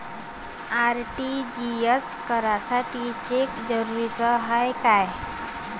RTGS करासाठी cheque जरुरीचा हाय काय?